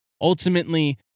Ultimately